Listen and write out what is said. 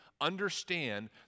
understand